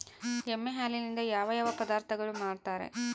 ಎಮ್ಮೆ ಹಾಲಿನಿಂದ ಯಾವ ಯಾವ ಪದಾರ್ಥಗಳು ಮಾಡ್ತಾರೆ?